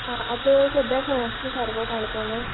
आं आतां सद्द्याक खंय आसा तूं सारको काणकोणा